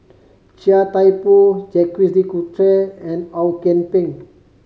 Chia Thye Poh Jacques De Coutre and Ong Kian Peng